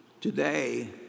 today